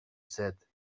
said